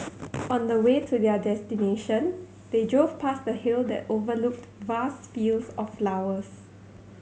on the way to their destination they drove past a hill that overlooked vast fields of flowers